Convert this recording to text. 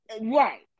Right